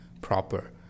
proper